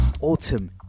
autumn